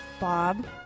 Bob